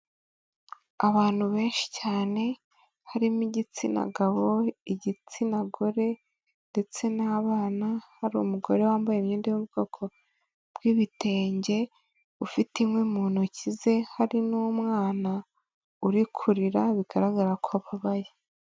Abantu benshi cyane harimo igitsina gabo, igitsina gore ndetse n'abana hari umugore wambaye imyenda y'ubwoko bw'ibitenge ufite inkwi mu ntoki ze hari n'umwana uri kurira bigaragara ko ababaye.